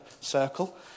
circle